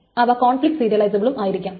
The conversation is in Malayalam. അവ കോൺഫ്ലിക്റ്റ് സീരിയലി സബിളും ആയിരിക്കാം